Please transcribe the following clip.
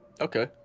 Okay